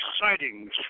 sightings